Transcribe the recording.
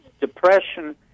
depression